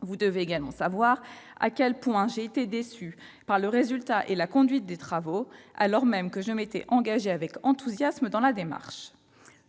Vous devez également savoir à quel point j'ai été déçue par le résultat et la conduite de ces travaux, alors même que je m'étais engagée avec enthousiasme dans la démarche.